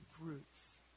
roots